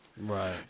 Right